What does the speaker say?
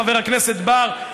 חבר הכנסת בר,